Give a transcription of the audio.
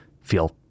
feel